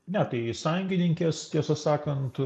ne tai sąjungininkės tiesą sakant